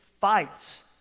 fights